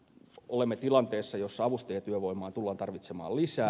olemme tilanteessa jossa avustajatyövoimaa tullaan tarvitsemaan lisää